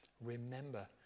Remember